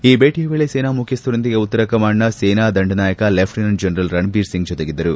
ಈ ಭೇಟಿಯ ವೇಳೆ ಸೇನಾ ಮುಖ್ಯಸ್ಥರೊಂದಿಗೆ ಉತ್ತರ ಕಮಾಂಡ್ನ ಸೇನಾ ದಂಡನಾಯಕ ಲೆಫ್ಲೆನೆಂಟ್ ಜನರಲ್ ರಣಬೀರ್ ಸಿಂಗ್ ಜೊತೆಗಿದ್ದರು